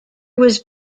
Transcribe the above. was